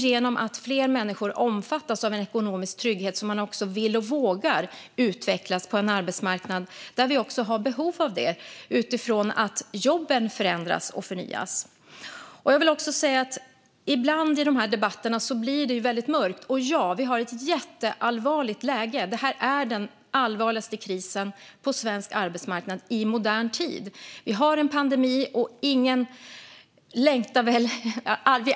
Genom att fler människor omfattas av en ekonomisk trygghet vill och vågar de också utvecklas på en arbetsmarknad där vi har behov av detta då jobben förändras och förnyas. I dessa debatter blir det ibland väldigt mörkt. Ja, vi har ett jätteallvarligt läge. Det här är den allvarligaste krisen på svensk arbetsmarknad i modern tid. Vi har en pandemi.